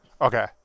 Okay